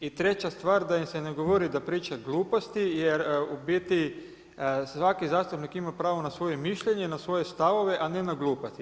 I treća stvar da im se ne govori da priča gluposti, jer u biti, svaki zastupnik ima pravo na svoje mišljenje, na svoje stavovi, a ne na gluposti.